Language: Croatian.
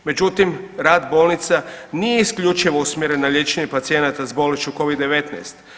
Međutim, rad bolnica nije isključivo usmjeren na liječenje pacijenata s bolešću Covid-19.